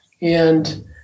And-